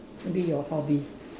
maybe your hobby